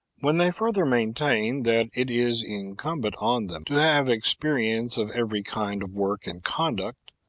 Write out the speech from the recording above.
when they further maintain that it is incumbent on them to have experience of every kind of work and conduct,